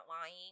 lying